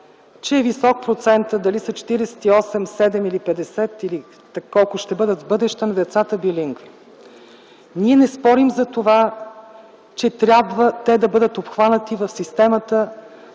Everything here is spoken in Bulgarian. че е висок процентът, дали са 48, 47 или 50, или колко ще бъдат в бъдеще децата билингви. Ние не спорим за това, че трябва те да бъдат обхванати в системата